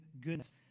goodness